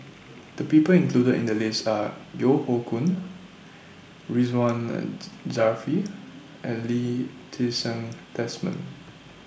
The People included in The list Are Yeo Hoe Koon Ridzwan Dzafir and Lee Ti Seng Desmond